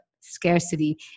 scarcity